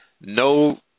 No